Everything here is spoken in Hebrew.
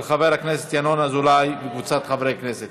של חבר הכנסת ינון אזולאי וקבוצת חברי הכנסת.